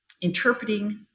interpreting